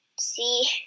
see